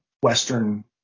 Western